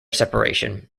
separation